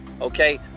okay